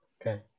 okay